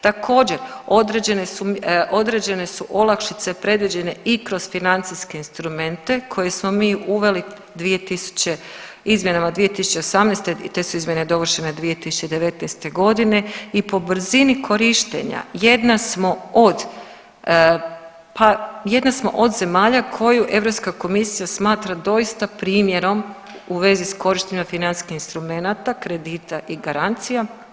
Također određene su olakšice predviđene i kroz financijske instrumente koje smo mi uveli, izmjenama 2018. te su izmjene dovršene 2019.g. i po brzini korištenja jedna smo od pa jedna smo od zemalja koju Europska komisija smatra doista primjerom u vezi s korištenja financijskih instrumenata, kredita i garancija.